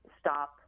stop